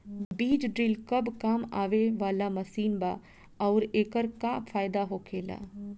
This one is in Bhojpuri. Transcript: बीज ड्रील कब काम आवे वाला मशीन बा आऊर एकर का फायदा होखेला?